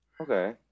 Okay